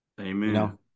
Amen